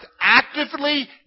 actively